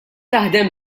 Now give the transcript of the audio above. taħdem